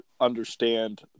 understand